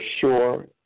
sure